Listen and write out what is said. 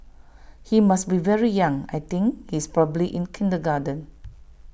he must be very young I think he's probably in kindergarten